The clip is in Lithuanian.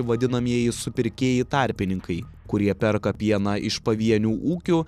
vadinamieji supirkėjai tarpininkai kurie perka pieną iš pavienių ūkių